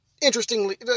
interestingly